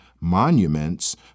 monuments